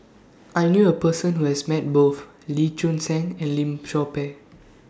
I knew A Person Who has Met Both Lee Choon Seng and Lim Chor Pee